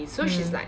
mm